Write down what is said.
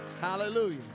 Hallelujah